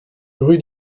rue